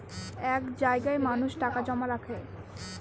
এক জায়গায় মানুষ টাকা জমা রাখে